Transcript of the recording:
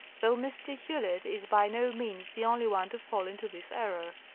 though mr. hewlett is by no means the only one to fall into this error.